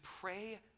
pray